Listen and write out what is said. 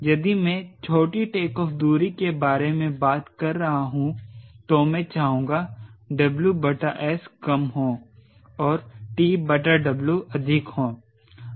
यदि मैं छोटी टेकऑफ़ दूरी के बारे में बात कर रहा हूं तो मैं चाहूंगा WS कम हों और TW अधिक हों